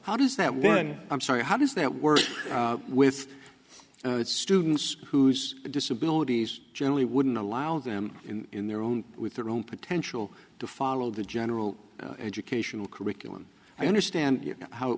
how does that one i'm sorry how does that work with students whose disabilities generally wouldn't allow them in their own with their own potential to follow the general educational curriculum i understand how it